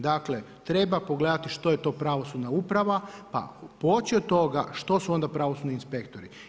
Dakle treba pogledati što je to pravosudna uprava pa poći od toga što su onda pravosudni inspektori.